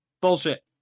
Bullshit